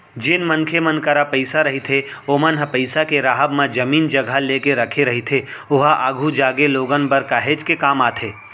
जेन मनखे मन करा पइसा रहिथे ओमन ह पइसा के राहब म जमीन जघा लेके रखे रहिथे ओहा आघु जागे लोगन बर काहेच के काम आथे